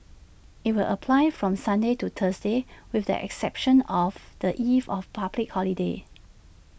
IT will apply from Sunday to Thursday with the exception of the eve of public holidays